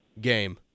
game